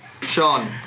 Sean